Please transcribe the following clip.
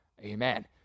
Amen